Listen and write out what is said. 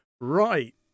right